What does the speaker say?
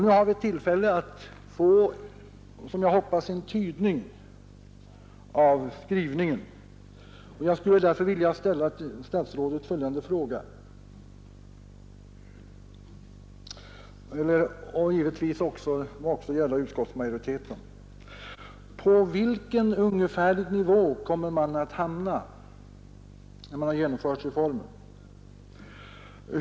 Nu har vi ett tillfälle att få, som jag hoppas, en tydning av skrivningen, och jag skulle därför vilja ställa följande frågor till statsrådet — givetvis må de också gälla utskottsmajoriteten: På vilken ungefärlig nivå kommer man att hamna när man genomfört reformen?